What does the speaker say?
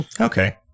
Okay